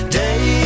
day